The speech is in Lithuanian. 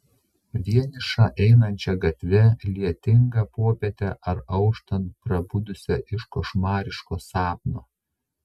vienišą einančią gatve lietingą popietę ar auštant prabudusią iš košmariško sapno